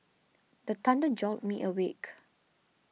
the thunder jolt me awake